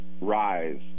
rise